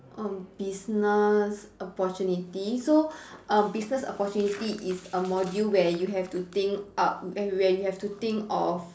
um business opportunity so uh business opportunity is a module where you have to think up where where you have to think of